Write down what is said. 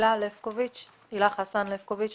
הילה חסן לפקוביץ.